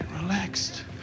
relaxed